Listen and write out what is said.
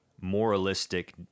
moralistic